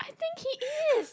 I think he is